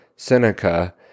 Seneca